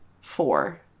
Four